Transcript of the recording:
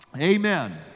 Amen